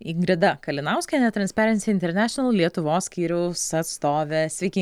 ingrida kalinauskienė transparency international lietuvos skyriaus atstovė sveiki